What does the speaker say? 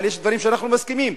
אבל יש דברים שאנחנו מסכימים.